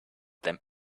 them